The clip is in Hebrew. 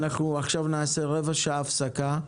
נצא לרבע שעה הפסקה,